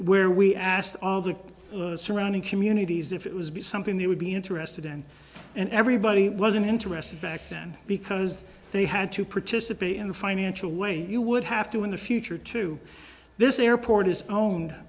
where we asked all the surrounding communities if it was be something they would be interested in and everybody wasn't interested back then because they had to participate in the financial way you would have to in the future to this airport is own